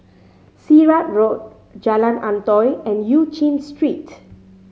Sirat Road Jalan Antoi and Eu Chin Street